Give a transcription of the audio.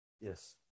Yes